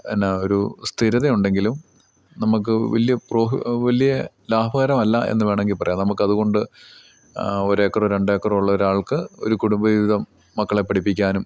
എന്നാൽ ഒരു സ്ഥിരതയുണ്ടെങ്കിലും നമുക്ക് വലിയ പ്രോ വലിയ ലാഭകരമല്ല എന്നു വേണമെങ്കിൽ പറയാം നമുക്കതുകൊണ്ട് ഒരേക്കറോ രണ്ടേക്കറോ ഉള്ള ഒരാൾക്ക് ഒരു കുടുംബ ജീവിതം മക്കളെ പഠിപ്പിക്കാനും